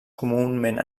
comunament